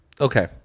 Okay